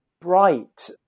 bright